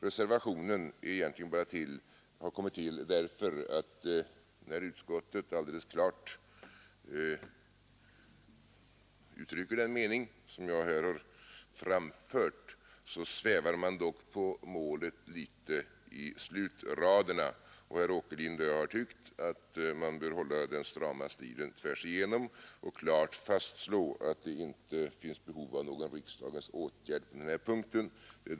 Reservationen har egentligen bara kommit till därför att när utskottet alldeles klart uttrycker den mening jag här framfört, svävar man dock i slutraderna litet på målet. Herr Åkerlind och jag har tyckt att man bör hålla den strama stilen t igenom och klart fastslå att det inte finns behov av någon riksdage tgärd på den här punkten.